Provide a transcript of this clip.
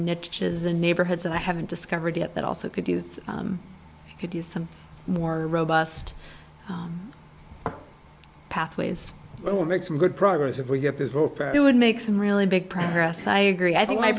niches and neighborhoods i haven't discovered yet that also could be used could use some more robust pathways or make some good progress if we get this book it would make some really big progress i agree i think